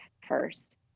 first